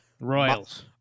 Royals